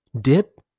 dip